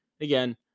again